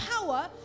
power